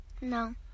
No